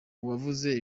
uwavuze